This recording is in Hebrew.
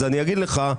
אז אני אגיד לך,